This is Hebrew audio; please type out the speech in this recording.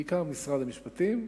בעיקר של משרד המשפטים,